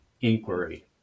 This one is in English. inquiry